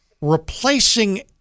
replacing